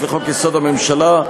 לחוק-יסוד: הממשלה,